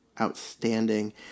outstanding